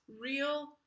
real